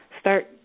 start